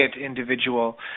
individual